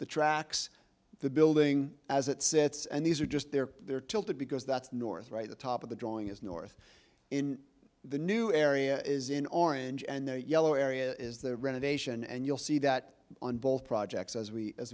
the tracks the building as it sits and these are just there are tilted because that's north right the top of the drawing is north in the new area is in orange and yellow area is the renovation and you'll see that on both projects as we as